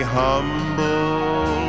humble